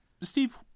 Steve